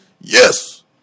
Yes